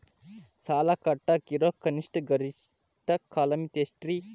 ಸಾಲ ಕಟ್ಟಾಕ ಇರೋ ಕನಿಷ್ಟ, ಗರಿಷ್ಠ ಕಾಲಮಿತಿ ಎಷ್ಟ್ರಿ?